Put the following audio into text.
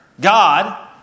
God